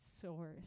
source